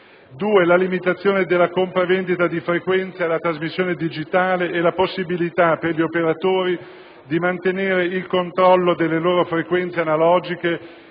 la limitazione della compravendita di frequenze alla trasmissione digitale e la possibilità per gli operatori di mantenere il controllo delle loro frequenze analogiche